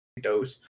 dose